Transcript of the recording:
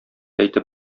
әйтеп